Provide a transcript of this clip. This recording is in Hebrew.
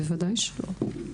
בוודאי שלא.